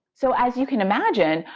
so as you can imagine,